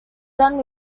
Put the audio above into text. done